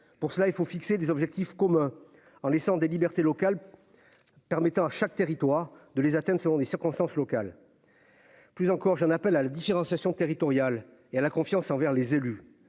pour cela, il faut fixer des objectifs communs en laissant des libertés locales permettant à chaque territoire de les atteintes, selon les circonstances locales plus en cours, j'en appelle à la différenciation territoriale et à la confiance envers les élus,